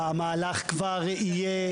המהלך כבר ישקע.